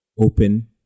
open